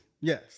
Yes